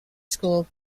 school